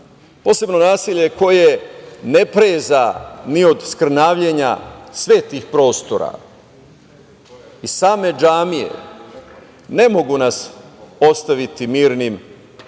posebno nasilje koje ne preza ni od skrnavljenja svetih prostora i same džamije ne mogu nas ostaviti mirnim